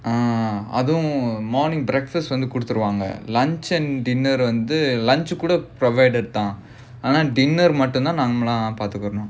ah அதுவும்:adhuvum morning breakfast வந்து கொடுத்துடுவாங்க:vandhu koduthuduvaanga lunch and dinner வந்து:vandhu lunch கூட:kooda provided தான் ஆனா:thaan aanaa dinner மட்டும் தான் நம்மளா பார்த்துக்கணும்:mattum thaan nammalaa paarthukkanum